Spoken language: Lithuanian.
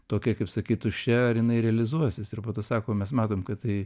tokia kaip sakyt tuščia ar jinai realizuosis ir po to sako mes matom kad tai